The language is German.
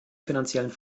finanziellen